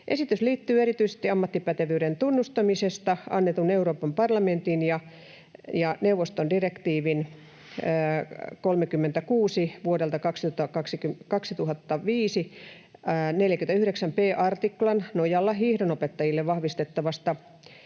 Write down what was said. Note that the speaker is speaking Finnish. Esitys liittyy erityisesti ammattipätevyyden tunnustamisesta annetun Euroopan parlamentin ja neuvoston direktiivin 36 vuodelta 2005 artiklan 49 b nojalla hiihdonopettajille vahvistettavasta